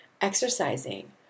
exercising